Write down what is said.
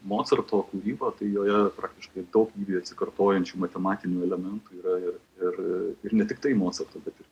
mocarto kūrybą tai joje praktiškai daug atsikartojančių matematinių elementų yra ir ir ir ne tiktai mocarto bet ir